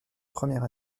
première